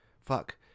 Fuck